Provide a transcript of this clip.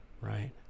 Right